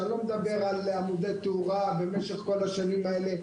ואני לא מדבר על עמודי תאורה במשך כול השנים האלה,